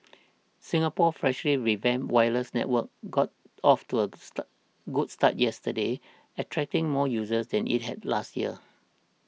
Singapore's freshly revamped wireless network got off to a start good start yesterday attracting more users than it had last year